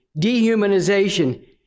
dehumanization